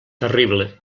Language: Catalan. terrible